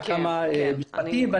אתה מאשר דברים שהם נוראיים.